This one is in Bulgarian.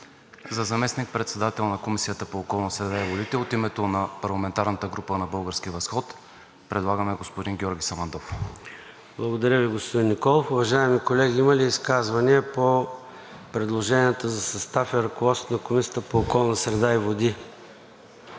За заместник-председател на Комисията по околната среда и водите от името на парламентарната група на „Български възход“ предлагаме господин Георги Самандов. ПРЕДСЕДАТЕЛ ЙОРДАН ЦОНЕВ: Благодаря Ви, господин Николов. Уважаеми колеги, има ли изказвания по предложенията за състав и ръководство на Комисията по околната среда и водите?